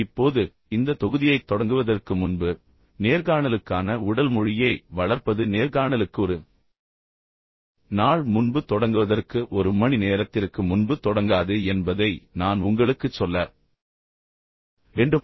இப்போது இந்த தொகுதியைத் தொடங்குவதற்கு முன்பு நேர்காணலுக்கான உடல் மொழியை வளர்ப்பது நேர்காணலுக்கு ஒரு நாள் முன்பு தொடங்குவதற்கு ஒரு மணி நேரத்திற்கு முன்பு தொடங்காது என்பதை நான் உங்களுக்குச் சொல்ல வேண்டும்